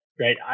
right